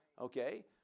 Okay